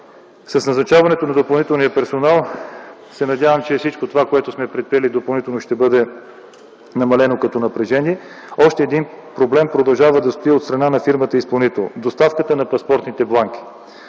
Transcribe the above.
С назначаването на допълнителния персонал се надявам, че всичко това, което сме предприели допълнително ще бъде намалено, като напрежение. Още един проблем продължава да стои от страна на фирмата изпълнител – доставката на паспортните бланки.